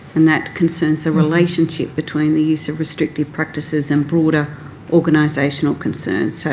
and that concerns the relationship between the use of restrictive practices and broader organisational concerns. so